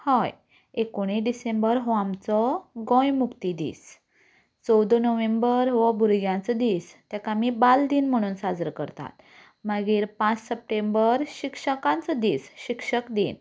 हय एकोणीस डिसेंबर हो आमचो गोंय मुक्तिदीस चवदा नोव्हेंबर हो भुरग्यांचो दीस ताका आमीं बालदीन म्हणून साजरो करतात मागीर पांच सप्टेंबर शिक्षकांचो दीस शिक्षक दीन